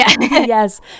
Yes